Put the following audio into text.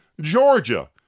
Georgia